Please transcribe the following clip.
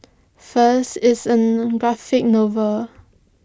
first it's an graphic novel